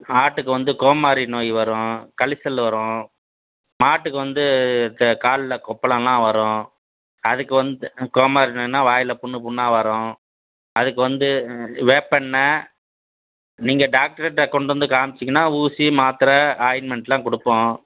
ஆட்டுக்கு வந்து கோமாரி நோய் வரும் கழிச்சல் வரும் மாட்டுக்கு வந்து க காலில் கொப்பளம்லாம் வரும் அதுக்கு வந்து கோமாரி நோய்ன்னால் வாயில் புண் புண்ணாக வரும் அதுக்கு வந்து வேப்ப எண்ணெய் நீங்கள் டாக்டர் கிட்ட கொண்டு வந்து காம்ச்சீங்கனா ஊசி மாத்திர ஆயின்மெண்ட்லாம் கொடுப்போம்